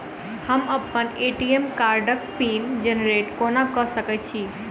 हम अप्पन ए.टी.एम कार्डक पिन जेनरेट कोना कऽ सकैत छी?